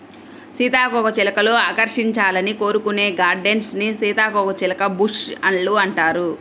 సీతాకోకచిలుకలు ఆకర్షించాలని కోరుకునే గార్డెన్స్ ని సీతాకోకచిలుక బుష్ లు అంటారు